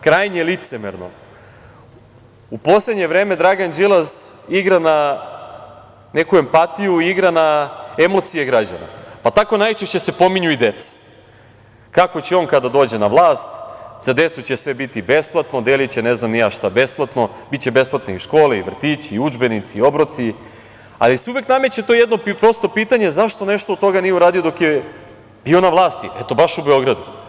Krajnje licemerno u poslednje vreme Dragan Đilas igra na neku empatiju i igra na emocije građana, pa se tako najčešće pominju i deca – kako će, kada on dođe na vlast, za decu sve biti besplatno, deliće ne znam ni ja šta besplatno, biće besplatne i škole i vrtići i udžbenici i obroci, ali uvek se nameće to jedno prosto pitanje – zašto nešto od toga nije uradio kad je bio na vlasti eto baš u Beogradu?